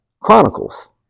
Chronicles